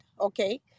okay